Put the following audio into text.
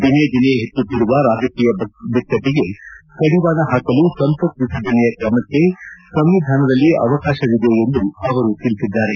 ದಿನೇದಿನೆ ಹೆಚ್ಚುತ್ತಿರುವ ರಾಜಕೀಯ ಬಿಕ್ಕಟ್ಟಿಗೆ ಕಡಿವಾಣ ಹಾಕಲು ಸಂಸತ್ ವಿಸರ್ಜನೆಯ ಕ್ರಮಕ್ಕೆ ಸಂವಿಧಾನದಲ್ಲಿ ಅವಕಾಶವಿದೆ ಎಂದು ಅವರು ತಿಳಿಸಿದ್ದಾರೆ